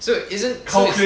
so isn't this